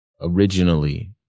originally